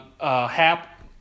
Hap